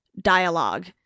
dialogue